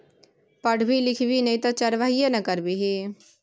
पढ़बी लिखभी नै तँ चरवाहिये ने करभी